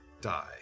die